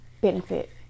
benefit